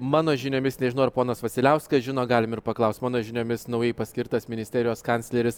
mano žiniomis nežinau ar ponas vasiliauskas žino galim ir paklaust mano žiniomis naujai paskirtas ministerijos kancleris